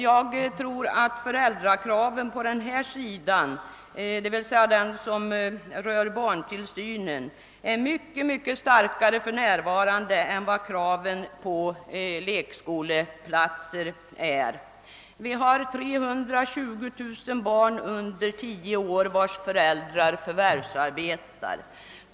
Jag tror att föräldrakraven när det gäller barntillsynen för närvarande är mycket starkare än kraven på lekskoleplatser. Vi har 320 000 barn under tio år vilkas föräldrar förvärvsarbetar.